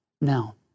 Now